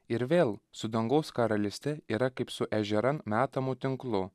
ir vėl su dangaus karalyste yra kaip su ežeran metamu tinklu